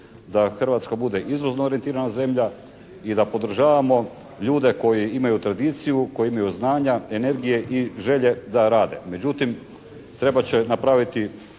da Hrvatska bude izvozno orijentirana zemlja i da podržavamo ljude koji imaju tradiciju, koji imaju znanja, energije i želje da rade. Međutim, trebat će napraviti